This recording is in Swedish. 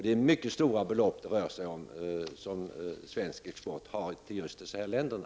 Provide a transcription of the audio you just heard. Det är mycket stora belopp det rör sig om när det gäller svensk export till just de här länderna.